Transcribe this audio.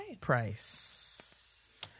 price